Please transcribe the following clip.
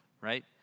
right